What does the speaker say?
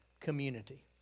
community